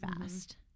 fast